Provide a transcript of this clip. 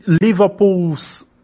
Liverpool's